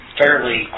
fairly